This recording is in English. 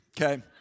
Okay